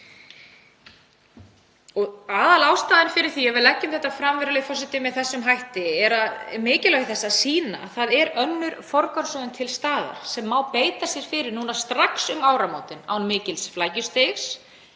Aðalástæðan fyrir því að við leggjum þetta fram, virðulegi forseti, með þessum hætti er mikilvægi þess að sýna að það er önnur forgangsröðun til sem má beita sér fyrir núna strax um áramótin án mikils flækjustigs.